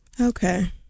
okay